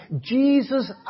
Jesus